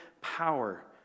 power